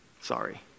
sorry